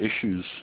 issues